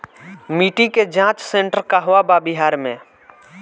मिटी के जाच सेन्टर कहवा बा बिहार में?